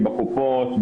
בקופות,